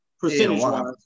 Percentage-wise